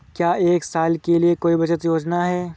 क्या एक साल के लिए कोई बचत योजना है?